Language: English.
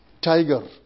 tiger